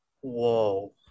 Whoa